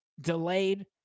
Delayed